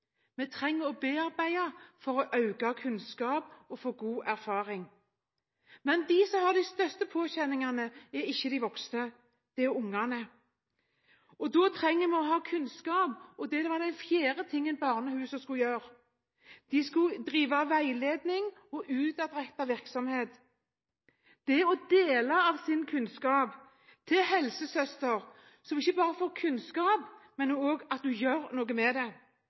Vi trenger å bearbeide for å øke kunnskap og få god erfaring. Men de som har de største påkjenningene, er ikke de voksne. Det er ungene. Da trenger vi å ha kunnskap, og det var den fjerde tingen barnehusene skulle gjøre. De skulle drive veiledning og utadrettet virksomhet – dele av sin kunnskap til helsesøster, som ikke bare får kunnskap, men gjør noe med det,